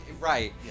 right